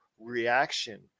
reaction